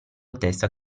testa